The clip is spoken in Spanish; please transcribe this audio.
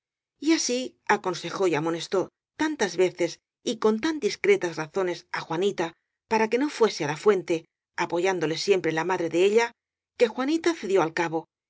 y así aconsejó y amonestó tantas veces y con tan discretas razones á juanita para que no fuese á la fuente apoyándole siempre la madre de ella que juanita cedió al cabo